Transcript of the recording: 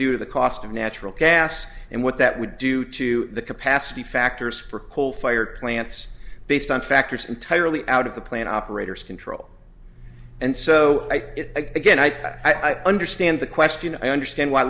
to the cost of natural gas and what that would do to the capacity factors for coal fired plants based on factors entirely out of the plant operators control and so again i understand the question i understand why